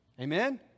Amen